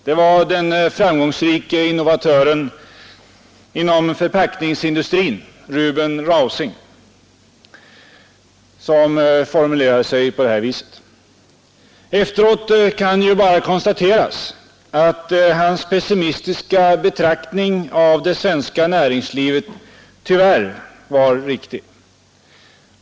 Det var den framgångsrike innovatören inom förpackningsindustrin, Ruben Rausing, som formulerade sig så. Efteråt kan ju bara konstateras att hans pessimistiska betraktelse av det svenska näringslivet tyvärr var riktig.